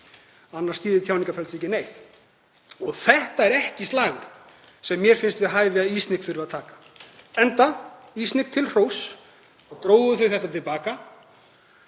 annars þýðir tjáningarfrelsi ekki neitt. Og þetta er ekki slagur sem mér finnst við hæfi að ISNIC þurfi að taka, enda, ISNIC til hróss, dró það þetta til baka